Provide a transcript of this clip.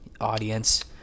audience